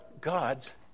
God's